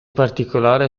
particolare